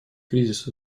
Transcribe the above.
кризис